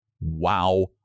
wow